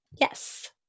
Yes